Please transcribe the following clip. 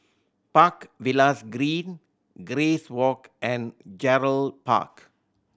Park Villas Green Grace Walk and Gerald Park